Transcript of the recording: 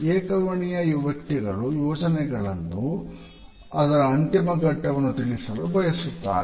ಏಕ ವರ್ಣೀಯ ವ್ಯಕ್ತಿಗಳು ಯೋಜನೆಗಳನ್ನು ಅದರ ಅಂತಿಮ ಘಟ್ಟವನ್ನು ತಿಳಿಯಲು ಬಯಸುತ್ತಾರೆ